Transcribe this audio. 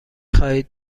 خواهید